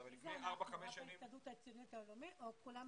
רק ההסתדרות הציונית העולמית או כולם ביחד?